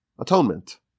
atonement